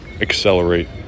accelerate